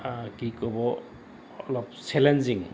কি ক'ব অলপ চেলেঞ্জিং